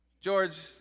George